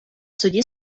суді